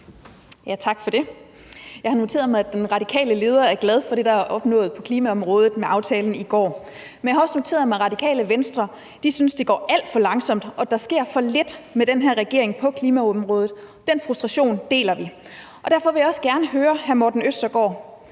Tak for det. Jeg har noteret mig, at den radikale leder er glad for det, der er opnået på klimaområdet med aftalen i går. Men jeg har også noteret mig, at Radikale Venstre synes, det går alt for langsomt, og at der sker for lidt på klimaområdet med den her regering, og den frustration deler vi. Og derfor vil jeg også gerne høre hr. Morten Østergaard: